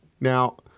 Now